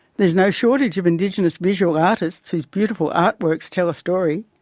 there's no shortage of indigenous visual artists whose beautiful artworks tell a story,